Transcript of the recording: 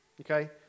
Okay